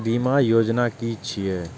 बीमा योजना कि छिऐ?